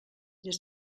des